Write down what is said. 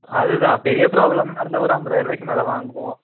அது தான் பெரிய ப்ராப்ளம்மாக இருந்தால் ஒரு ஐம்பதாயருபாக்கி மேலே வாங்குவோம்